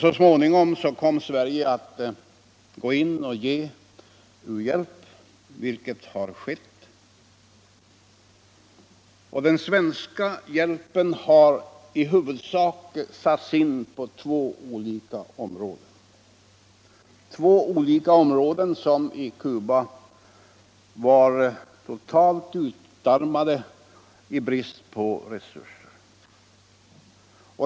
Så småningom kom Sverige att gå in och ge u-hjälp, och den svenska hjälpen har i huvudsak satts in på två olika områden, som i Cuba var totalt utarmade genom brist på resurser.